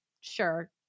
sure